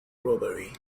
robbery